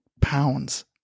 pounds